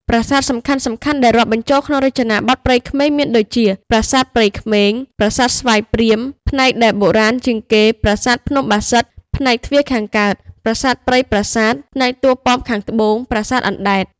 ប្រាសាទសំខាន់ៗដែលរាប់បញ្ចូលក្នុងរចនាបថព្រៃក្មេង មានដូចជា ប្រាសាទព្រៃក្មេង ប្រាសាទស្វាយព្រាម ផ្នែកដែលបុរាណជាងគេ ប្រាសាទភ្នំបាសិទ្ធ ផ្នែកទ្វារខាងកើត ប្រាសាទព្រៃប្រាសាទ ផ្នែកតួប៉មខាងត្បូង ប្រាសាទអណ្តែត ។